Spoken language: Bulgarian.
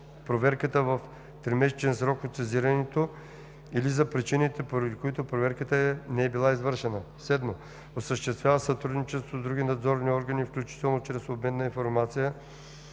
проверката в тримесечен срок от сезирането или за причините, поради които проверката не е била извършена; 7. осъществява сътрудничество с други надзорни органи, включително чрез обмен на информация,